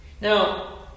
Now